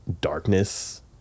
darkness